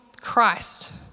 Christ